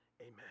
Amen